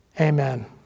Amen